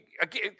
again